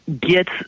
get